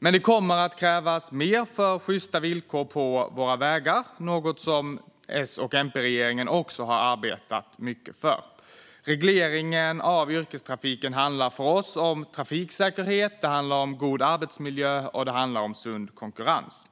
Det kommer dock att krävas mer för att få till sjysta villkor på våra vägar. Det har S-MP-regeringen också arbetat mycket för. Regleringen av yrkestrafiken handlar för oss om trafiksäkerhet, god arbetsmiljö och sund konkurrens.